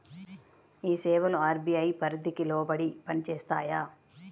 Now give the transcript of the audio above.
ఈ సేవలు అర్.బీ.ఐ పరిధికి లోబడి పని చేస్తాయా?